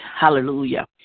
Hallelujah